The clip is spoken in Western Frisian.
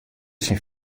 syn